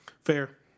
Fair